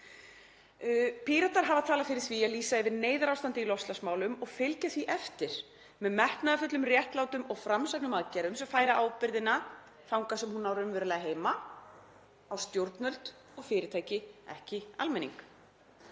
Píratar hafa talað fyrir því að lýsa yfir neyðarástandi í loftslagsmálum og fylgja því eftir með metnaðarfullum, réttlátum og framsæknum aðgerðum sem færa ábyrgðina þangað sem hún á raunverulega heima, á stjórnvöld og fyrirtæki, ekki almenning.